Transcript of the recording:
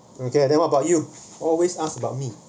okay then what about you always ask about me